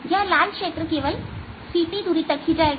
यह लाल क्षेत्र केवल ct दूरी तक ही जाएगा